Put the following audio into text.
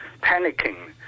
panicking